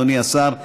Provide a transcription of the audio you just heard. אדוני השר,